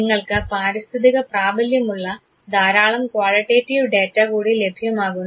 നിങ്ങൾക്ക് പാരിസ്ഥിതിക പ്രാബല്യമുള്ള ധാരാളം ക്വാളിറ്റേറ്റീവ് ഡാറ്റ കൂടി ലഭ്യമാകുന്നു